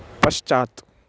पश्चात्